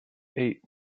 eight